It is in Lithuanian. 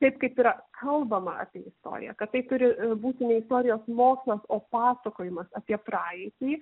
taip kaip yra kalbama apie istoriją kad tai turi būti ne istorijos mokslas o pasakojimas apie praeitį